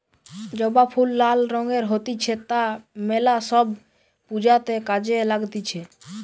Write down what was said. জবা ফুল লাল রঙের হতিছে তা মেলা সব পূজাতে কাজে লাগতিছে